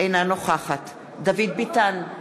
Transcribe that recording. אינה נוכחת דוד ביטן,